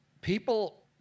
People